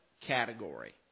category